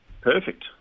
Perfect